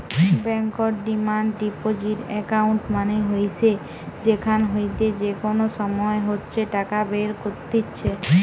বেঙ্কর demand deposit account মানে হইসে যেখান হইতে যে কোনো সময় ইচ্ছে টাকা বের কত্তিছে